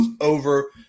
over